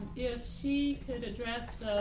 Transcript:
if she could address